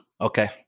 okay